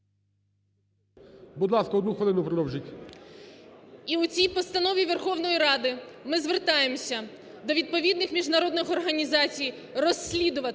Будь ласка, 1 хвилину, продовжіть. ЗАЛІЩУК С.В. І у цій постанові Верховної Ради ми звертаємося до відповідних міжнародних організацій розслідувати